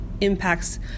impacts